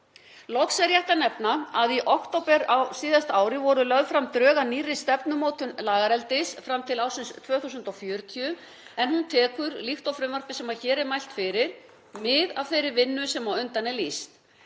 Loks er rétt að nefna að í október á síðasta ári voru lögð fram drög að nýrri stefnumótun lagareldis fram til ársins 2040 en hún tekur líkt og frumvarpið sem hér er mælt fyrir mið af þeirri vinnu sem á undan er lýst.